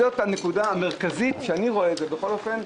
זו הנקודה המרכזית, שאני רואה בכל אופן,